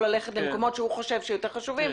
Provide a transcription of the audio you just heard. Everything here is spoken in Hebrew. ללכת למקומות שהוא חושב שיותר חשובים,